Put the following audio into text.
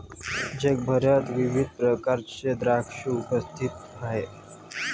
जगभरात विविध प्रकारचे द्राक्षे उपस्थित आहेत